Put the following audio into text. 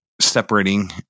separating